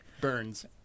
burns